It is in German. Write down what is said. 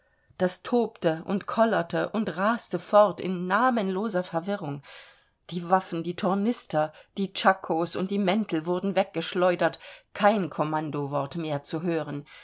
das tobte und kollerte und raste fort in namenloser verwirrung die waffen die tornister die tschakos und die mäntel wurden weggeschleudert kein kammondowort mehr zu hören